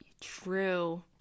true